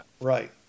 right